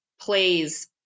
plays